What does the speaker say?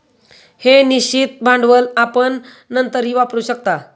हे निश्चित भांडवल आपण नंतरही वापरू शकता